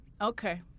Okay